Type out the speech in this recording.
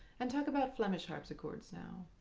and talk about flemish harpsichords. now